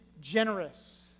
generous